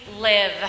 live